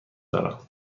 دارم